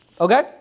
okay